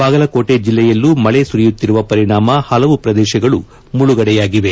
ಬಾಗಲಕೋಟೆ ಜಿಲ್ಲೆಯಲ್ಲೂ ಮಳೆ ಸುರಿಯುತ್ತಿರುವ ಪರಿಣಾಮ ಪಲವು ಪ್ರದೇಶಗಳು ಮುಳುಗಡೆಯಾಗಿವೆ